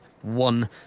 one